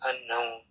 unknown